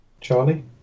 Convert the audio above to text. Charlie